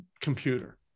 computer